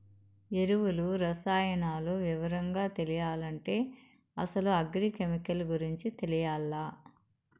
ఎరువులు, రసాయనాలు వివరంగా తెలియాలంటే అసలు అగ్రి కెమికల్ గురించి తెలియాల్ల